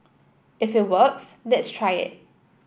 if it works let's try it